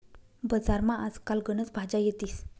बजारमा आज काल गनच भाज्या येतीस